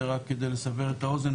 זה רק כדי לסבר את האוזן,